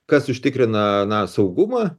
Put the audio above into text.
kas užtikrina na saugumą